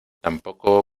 tampoco